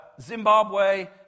Zimbabwe